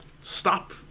stop